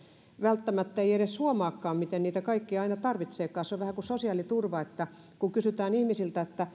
välttämättä ei edes huomaakaan miten niitä kaikkia aina tarvitseekaan se on vähän kuin sosiaaliturva että kun kysytään ihmisiltä